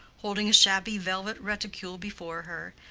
holding a shabby velvet reticule before her,